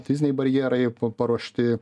fiziniai barjerai paruošti